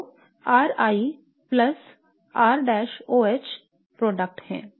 तो R I plus ROH उत्पाद हैं